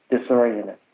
disoriented